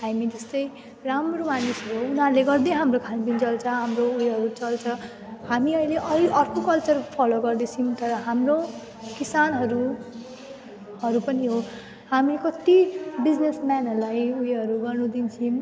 हामी जस्तै राम्रो मानिसहरू हो उनीहरूले गर्दै हाम्रो खानपिन चल्छ हाम्रो उयोहरू चल्छ हामी अहिले आएर अर्को कल्चर फलो गर्दैछौँ तर हाम्रो किसानहरू हरू पनि हो हामी कत्ति बिजनेसम्यानहरूलाई उयोहरू गर्नु दिन्छौँ